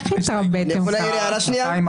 הצבעה ההסתייגות לא התקבלה.